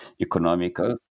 economical